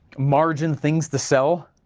margin things to sell,